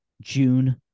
june